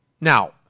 Now